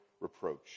reproach